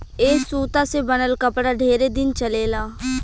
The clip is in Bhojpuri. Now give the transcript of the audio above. ए सूता से बनल कपड़ा ढेरे दिन चलेला